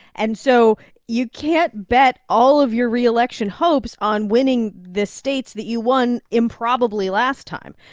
and so you can't bet all of your re-election hopes on winning the states that you won improbably last time.